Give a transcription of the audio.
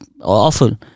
awful